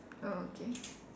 oh okay